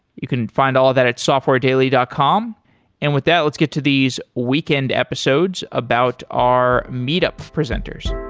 you can find all of that at software daily dot com and with that let's get to these weekend episodes about our meet-up presenters